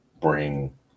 bring